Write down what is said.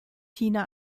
tina